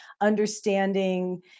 understanding